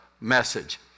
message